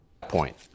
point